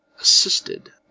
assisted